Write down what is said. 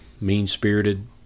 mean-spirited